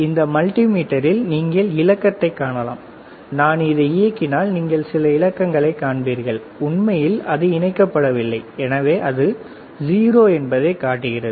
இந்த மல்டிமீட்டரில் நீங்கள் இலக்கத்தைக் காணலாம் நான் அதை இயக்கினால் நீங்கள் சில இலக்கங்களைக் காண்பீர்கள் உண்மையில் அது இணைக்கப்படவில்லை எனவே அது 0 என்பதைக் காட்டுகிறது